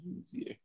easier